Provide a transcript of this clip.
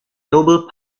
noble